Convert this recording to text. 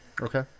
Okay